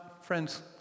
friends